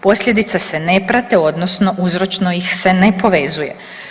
Posljedice se ne prate odnosno uzročno ih se ne povezuje.